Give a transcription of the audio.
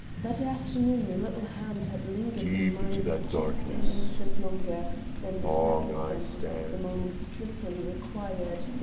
that afternoon a little hand had lingered in mine for just an instant longer than the circumstances of the moment strictly required,